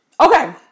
okay